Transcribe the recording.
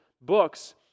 books